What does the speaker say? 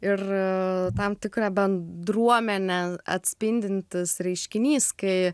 ir tam tikra bendruomenę atspindintis reiškinys kai